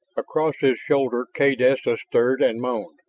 across his shoulder kaydessa stirred and moaned.